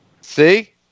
See